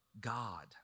God